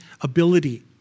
ability